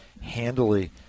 handily